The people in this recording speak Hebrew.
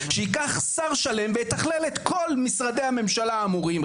שר שיתכלל את כל משרדי הממשלה האמורים,